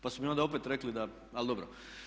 Pa su mi onda opet rekli, ali dobro.